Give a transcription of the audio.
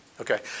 Okay